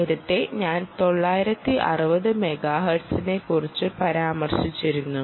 നേരത്തെ ഞാൻ 960 മെഗാഹെർട്സിനെക്കുറിച്ച് പരാമർശിച്ചിരുന്നു